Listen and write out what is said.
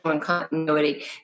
continuity